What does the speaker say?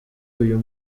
uyu